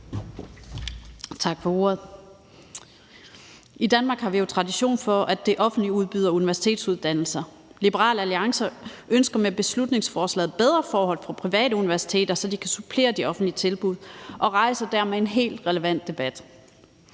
I Danmark har vi jo tradition for, at det offentlige udbyder universitetsuddannelser. Liberal Alliance ønsker med beslutningsforslaget bedre forhold for private universiteter, så de kan supplere de offentlige tilbud, og rejser dermed en helt relevant debat.